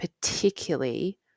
particularly